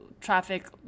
traffic